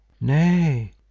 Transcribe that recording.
Nay